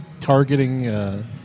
targeting